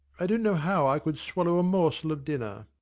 i don't know how i could swallow a morsel of dinner.